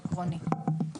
העקרוני.